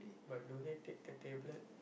but do they take the tablet